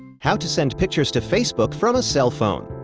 how to send pictures to facebook from a cellphone.